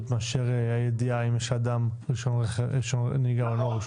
מאשר הידיעה אם לאדם יש רשיון נהיגה או לא,